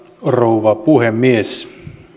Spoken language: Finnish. rouva puhemies